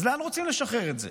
אז לאן רוצים לשחרר את זה?